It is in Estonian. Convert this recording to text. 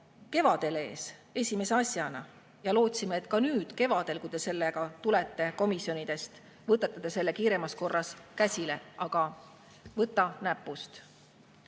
kevadel ees, esimese asjana, ja lootsime, et ka nüüd, kui te sellega tulete komisjonidest, võtate te selle kiiremas korras käsile. Aga võta näpust!